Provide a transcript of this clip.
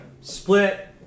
split